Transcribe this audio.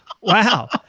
Wow